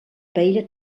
paella